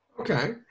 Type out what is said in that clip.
okay